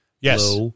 yes